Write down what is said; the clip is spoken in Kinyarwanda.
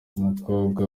umukobwa